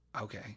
Okay